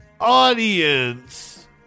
audience